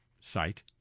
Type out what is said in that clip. site